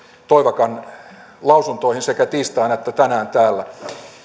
toivakan lausuntoihin sekä tiistaina että tänään täällä